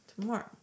tomorrow